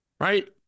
Right